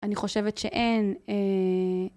אני חושבת שאין.